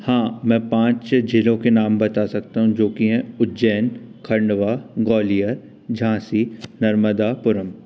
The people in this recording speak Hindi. हाँ मैं पाँच जिलों के नाम बता सकता हूँ जो कि हैं उज्जैन खंडवा ग्वालियर झांसी नर्मदापुरम